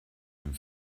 dem